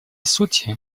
сути